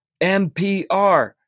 MPR